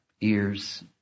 ears